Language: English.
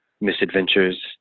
misadventures